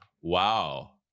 Wow